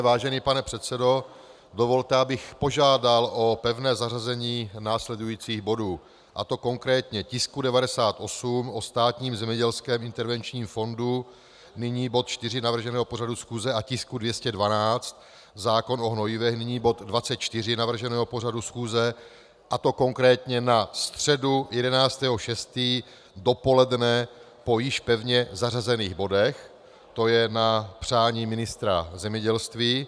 Vážený pane předsedo, dovolte, abych požádal o pevné zařazení následujících bodů, a to konkrétně tisku 98, o Státním zemědělském intervenčním fondu, nyní bod 4 navrženého pořadu schůze, a tisku 212, zákon o hnojivech, nyní bod 24 navrženého pořadu schůze, a to konkrétně na středu 11. 6. dopoledne po již pevně zařazených bodech, to je na přání ministra zemědělství.